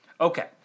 Okay